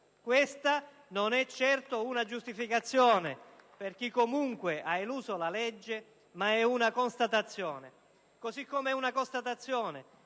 Questa non è certo una giustificazione per chi comunque ha eluso la legge, ma è una constatazione. Così come è una constatazione